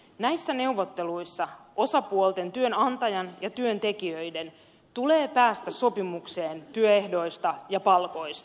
näissä neuvotteluissa osapuolten työnantajan ja työntekijöiden tulee päästä sopimukseen työehdoista ja palkoista